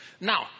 Now